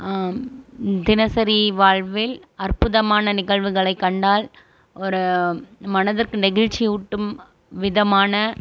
தினசரி வாழ்வில் அற்புதமான நிகழ்வுகளை கண்டால் ஒரு மனதிற்கு நெகிழ்ச்சி ஊட்டு விதமான